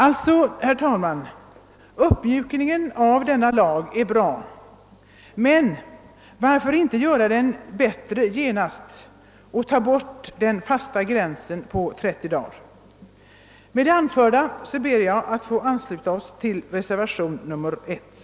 Alltså är, herr talman, den nu föreslagna uppmjukningen av denna lag bra, men varför inte göra den bättre genast och ta bort den fasta gränsen på 30 dagar? Med det anförda ber jag att få ansluta mig till reservation I.